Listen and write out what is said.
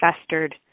festered